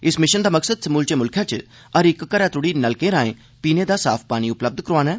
इस मिषन दा मकसद समूलचे मुल्खै च हर इक घरै तोड़ी नलकें राएं पीने दा साफ पानी उपलब्ध करोआना ऐ